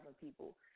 people